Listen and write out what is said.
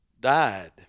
died